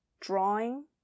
drawing